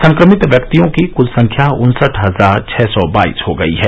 संक्रमित व्यक्तियों की क्ल संख्या उन्सठ हजार छः सौ बाईस हो गई है